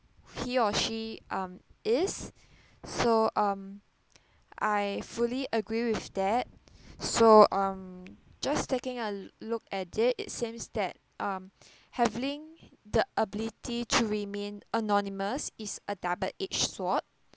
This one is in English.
he or she is so um I fully agree with that so I'm just taking a look at it it seems that I'm having the ability to remain anonymous is a double-edge sword